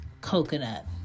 Coconut